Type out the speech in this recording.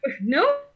No